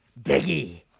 Biggie